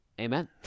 Amen